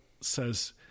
says